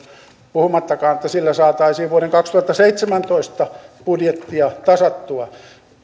puhumattakaan että sillä saataisiin vuoden kaksituhattaseitsemäntoista budjettia tasattua